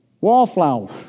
wallflower